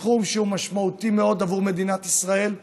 סכום שהוא משמעותי מאוד עבור מדינת ישראל.